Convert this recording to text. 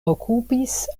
okupis